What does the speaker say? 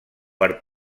per